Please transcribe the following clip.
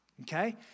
Okay